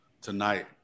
tonight